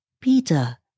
Peter